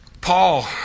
Paul